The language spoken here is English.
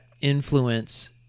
influence